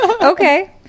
Okay